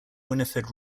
winifred